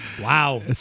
wow